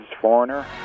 Foreigner